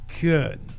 good